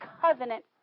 covenant